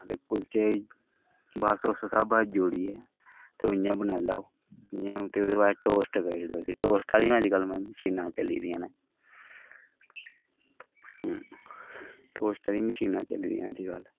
ते कुल्चे गी बस उस स्हाबै दा जोड़ियै ते ओह् इ'यां बनाई लैओ ते इ'यां ओह्दे बाद टोस्ट करी ओडो उसी टोस्ट आह्ली अज्जकल माय मशीनां चली दियां न टोस्ट आह्ली मशीनां चली दियां न अज्जकल